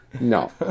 No